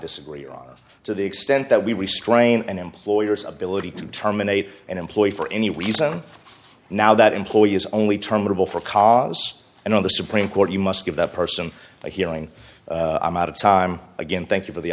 disagree on to the extent that we restrain an employer's ability to terminate an employee for any reason now that employee is only terminable for cause and on the supreme court you must give that person a healing amount of time again thank you for the